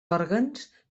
òrgans